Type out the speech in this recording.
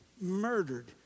murdered